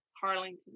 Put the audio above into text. Harlington